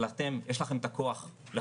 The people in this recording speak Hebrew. אבל אתם, יש לכם את הכוח לחוקק